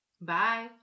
Bye